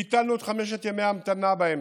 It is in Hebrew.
ביטלנו את חמשת ימי ההמתנה באמצע,